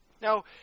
Now